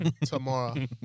tomorrow